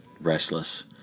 restless